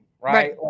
Right